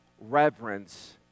reverence